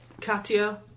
Katya